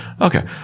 Okay